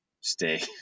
stay